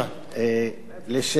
ראשית,